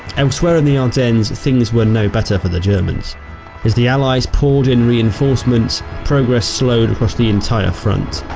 elsewhere in the ardennes things were no better for the germans as the allies poured in reinforcements progress slowed across the entire front.